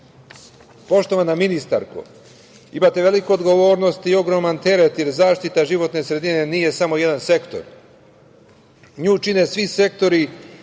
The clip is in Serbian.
svet. Poštovana ministarko, imate veliku odgovornost i ogroman teret, jer zaštita životne sredine nije samo jedan sektor, nju čine svi sektori